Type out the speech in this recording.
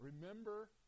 Remember